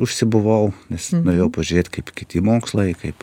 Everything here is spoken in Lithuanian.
užsibuvau nes norėjau pažėt kaip kiti mokslai kaip